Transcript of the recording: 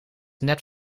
net